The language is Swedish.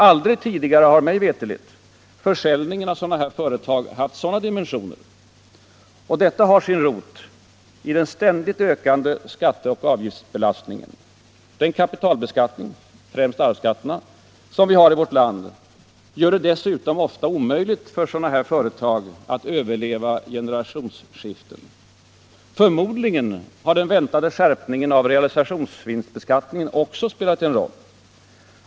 Aldrig tidigare har mig veterligt försäljningen av sådana företag haft sådana dimensioner. Detta har sin rot i den ständigt ökande skatteoch avgiftsbelastningen. Den kapitalbeskattning — främst arvsskatterna — som vi har i vårt land gör det dessutom ofta omöjligt för sådana företag att överleva generationsskiften. Förmodligen har den väntade skärpningen av realisationsvinstbeskattningen spelat en roll.